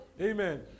Amen